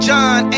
John